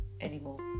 anymore